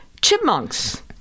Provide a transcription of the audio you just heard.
chipmunks